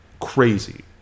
crazy